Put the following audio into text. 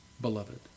beloved